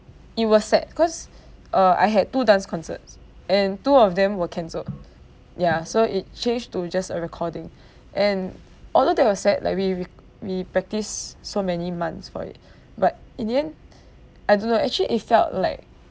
it was sad cause uh I had two dance concerts and two of them were cancelled ya so it changed to just a recording and although that was sad like we we we practised so many months for it but in the end I don't know actually it felt like